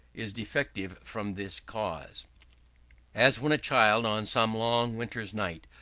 is defective from this cause as when a child, on some long winter's night,